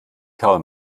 karl